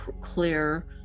clear